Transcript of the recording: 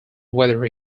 whether